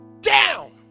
down